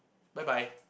bye bye